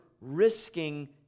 risking